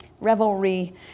revelry